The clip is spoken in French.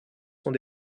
sont